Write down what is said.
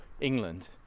England